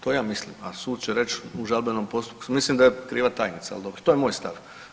To ja mislim, a sud će reći u žalbenom postupku, mislim da je kriva tajnica, al dobro, to je moj stav.